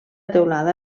teulada